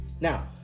Now